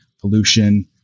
pollution